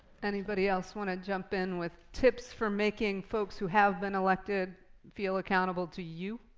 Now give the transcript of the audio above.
anybody else wanna jump in with tips for making folks who have been elected feel accountable to you?